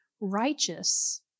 righteous